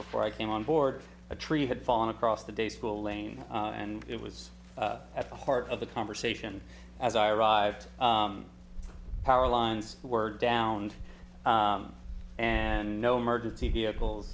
before i came on board a tree had fallen across the date school lane and it was at the heart of the conversation as i arrived power lines were downed and no emergency vehicles